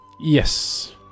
Yes